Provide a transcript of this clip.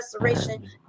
Restoration